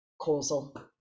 causal